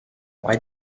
why